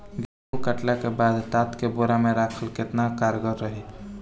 गेंहू कटला के बाद तात के बोरा मे राखल केतना कारगर रही?